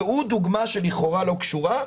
ראו דוגמה שלכאורה לא קשורה,